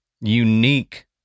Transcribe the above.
unique